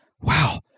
Wow